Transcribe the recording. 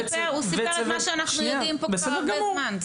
הוא סיפר את מה שאנחנו יודעים כבר הרבה זמן.